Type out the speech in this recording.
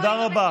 תודה רבה.